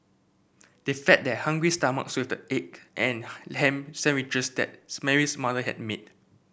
they fed their hungry stomachs with the egg and ham sandwiches that Mary's mother had made